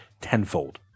tenfold